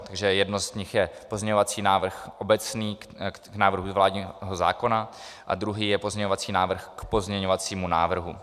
Takže jeden z nich je pozměňovací návrh obecný k návrhu vládního zákona a druhý je pozměňovací návrh k pozměňovacímu návrhu.